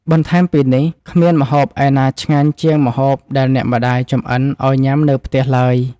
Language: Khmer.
បន្ថែមពីនេះ គ្មានម្ហូបឯណាឆ្ងាញ់ជាងម្ហូបដែលអ្នកម្តាយចម្អិនឱ្យញ៉ាំនៅក្នុងផ្ទះឡើយ។